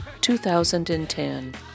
2010